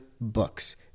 books